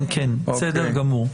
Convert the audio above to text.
כן, כן, בסדר גמור.